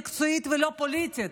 מקצועית ולא פוליטית.